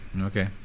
Okay